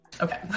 Okay